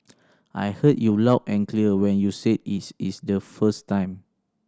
I heard you loud and clear when you said is is the first time